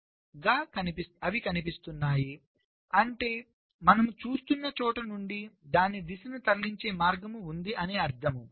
అవి కనిపిస్తున్నాయి అంటే మనము చూస్తున్న చోటు నుండి దానిని దిశగా తరలించే మార్గం ఉంది అని అర్థం